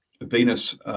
Venus